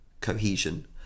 cohesion